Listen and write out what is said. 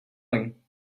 doing